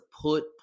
put